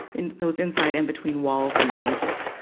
in those inside and between walls and cages.